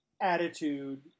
Attitude